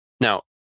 Now